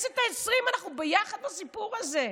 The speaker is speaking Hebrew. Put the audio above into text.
מהכנסת העשרים אנחנו ביחד בסיפור הזה.